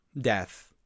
death